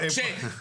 חברוני.